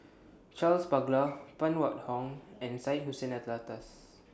Charles Paglar Phan Wait Hong and Syed Hussein Alatas